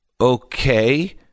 Okay